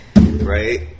Right